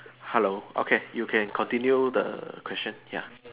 hello okay you can continue the question ya